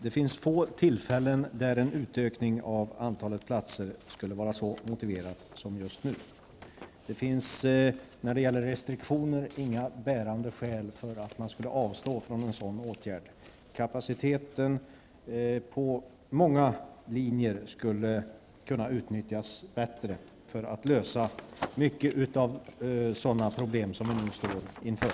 Det finns få tillfällen då en utökning av antalet platser är mer motiverad än just nu. Inga bärande skäl talar för att man bör avstå från en sådan åtgärd. Kapaciteten på många linjer skulle kunna utnyttjas bättre för att lösa många av de problem som vi står inför.